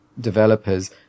developers